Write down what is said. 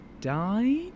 Died